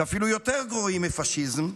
אפילו יותר גרועים מפשיזם.